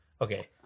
Okay